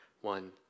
one